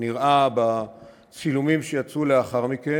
נראה בצילומים שיצאו לאחר מכן.